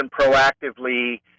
proactively